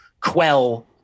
quell